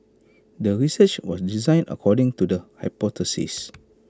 the research was designed according to the hypothesis